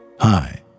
Hi